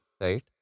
right